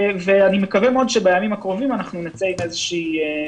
ואני מקווה מאוד שבימים הקרובים נצא עם איזושהי הודעה.